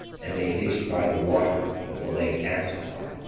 and they pitched by the water of the lake asphar,